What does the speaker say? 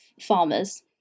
farmers